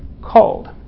called